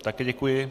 Také děkuji.